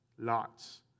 lots